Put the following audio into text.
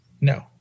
No